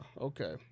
Okay